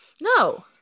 No